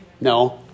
No